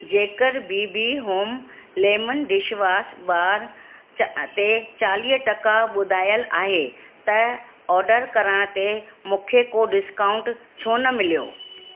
जेकर B B home lemon dishwash bar ते चालीह टका ॿुधायल आहे त ऑडर करण ते मूंखे को डिस्काउंट छो न मिलियो